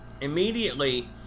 immediately